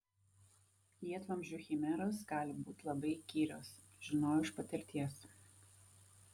lietvamzdžių chimeros gali būti labai įkyrios žinojau iš patirties